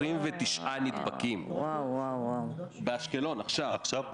29 נדבקים באשקלון עכשיו.